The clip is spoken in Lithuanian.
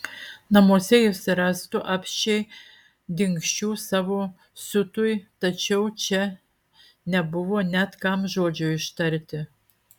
namuose jis rastų apsčiai dingsčių savo siutui tačiau čia nebuvo net kam žodžio ištarti